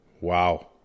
Wow